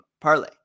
parlay